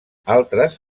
altres